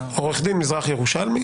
עורך דין מזרח ירושלמי